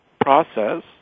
process